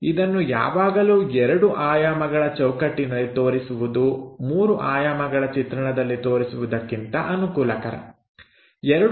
ಇದನ್ನು ಯಾವಾಗಲೂ 2 ಆಯಾಮಗಳ ಚೌಕಟ್ಟಿನಲ್ಲಿ ತೋರಿಸುವುದು ಮೂರು ಆಯಾಮಗಳ ಚಿತ್ರಣದಲ್ಲಿ ತೋರಿಸುವುದಕ್ಕಿಂತ ಅನುಕೂಲಕರ